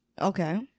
okay